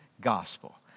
gospel